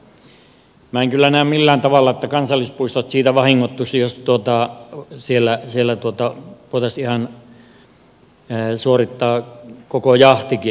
minä en kyllä näe millään tavalla että kansallispuistot siitä vahingoittuisivat jos siellä voitaisiin ihan suorittaa koko jahtikin